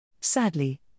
Sadly